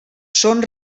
són